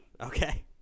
okay